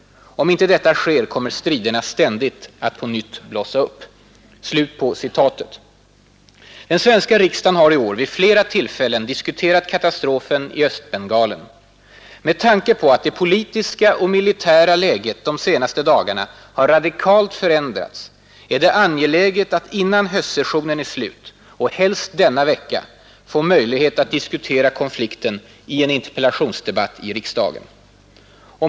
Om inte detta sker kommer striderna ständigt på nytt att blossa upp.” Den svenska riksdagen har i år vid flera tillfällen diskuterat katastrofen i Östbengalen. Med tanke på att det politiska och militära läget de senaste dagarna har radikalt förändrats är det angeläget att innan höstsessionen är slut, och helst denna vecka, få möjlighet att diskutera konflikten i en interpellationsdebatt i riksdagen.